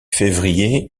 février